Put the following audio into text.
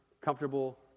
comfortable